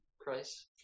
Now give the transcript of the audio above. price